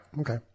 Okay